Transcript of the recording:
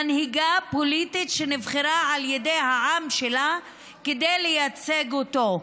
מנהיגה פוליטית שנבחרה על ידי העם שלה כדי לייצג אותו.